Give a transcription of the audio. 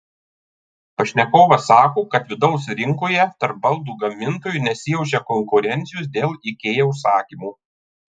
pašnekovas sako kad vidaus rinkoje tarp baldų gamintojų nesijaučia konkurencijos dėl ikea užsakymų